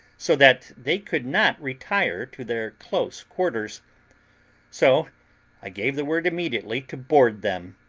so that they could not retire to their close quarters so i gave the word immediately to board them.